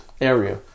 area